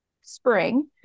spring